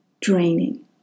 draining